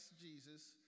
Jesus